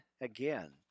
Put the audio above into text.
again